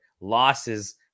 losses